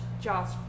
josh